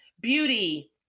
beauty